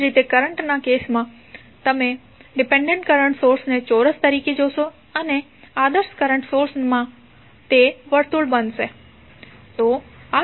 એ જ રીતે કરંટના કેસ માં તમે ડિપેન્ડેન્ટ કરંટ સોર્સને ચોરસ તરીકે જોશો અને આદર્શ કરંટ સોર્સના કેસ માં તે વર્તુળ બનશે